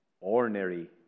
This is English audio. ordinary